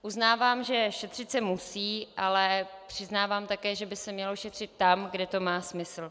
Uznávám, že šetřit se musí, ale přiznávám také, že by se mělo šetřit tam, kde to má smysl.